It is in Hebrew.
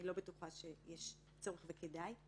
אני לא בטוחה שיש צורך וכדאי.